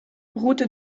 route